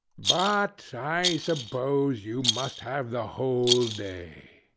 but i suppose you must have the whole day.